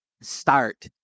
start